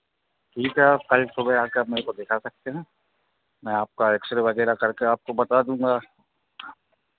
ठीक है आप कल सुबह आकर मेरे को दिखा सकते है मैं आपका एक्स रे वगैरह करके बता दूँगा